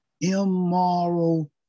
Immoral